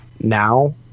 now